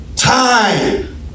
Time